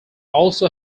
also